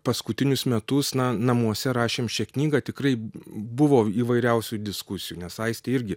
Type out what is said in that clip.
paskutinius metus na namuose rašėm šią knygą tikrai buvo įvairiausių diskusijų nes aistė irgi